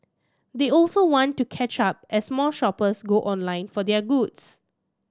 they also want to catch up as more shoppers go online for their goods